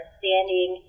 standing